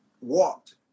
walked